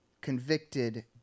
convicted